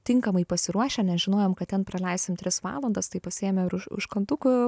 tinkamai pasiruošę nes žinojom kad ten praleisim tris valandas tai pasiėmę užkandukų